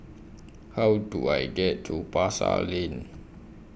How Do I get to Pasar Lane